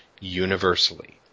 universally